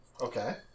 Okay